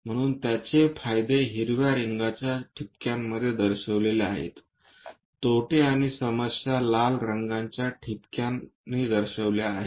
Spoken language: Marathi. म्हणून त्याचे फायदे हिरव्या रंगाच्या ठिपक्यांमध्ये दर्शविलेले आहेत तोटे किंवा समस्या लाल रंगाच्या ठिपक्या दर्शविल्या आहेत